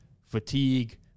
fatigue